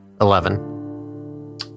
Eleven